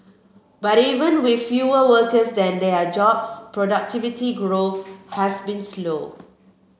but even with fewer workers than there are jobs productivity growth has been slow